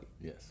yes